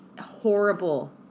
Horrible